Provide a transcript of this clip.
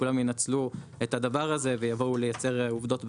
כולם ינצלו את הדבר הזה ויבואו לייצר עובדות בשטח.